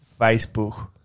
Facebook